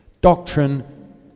Doctrine